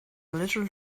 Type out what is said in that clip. literal